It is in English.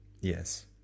yes